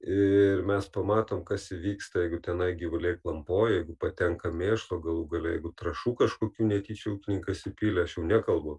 ir mes pamatom kas įvyksta jeigu tenai gyvuliai klampoja jeigu patenka mėšlo galų gale jeigu trąšų kažkokių netyčia ūkininkas įpylė aš jau nekalbu